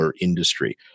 industry